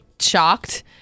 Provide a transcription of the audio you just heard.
shocked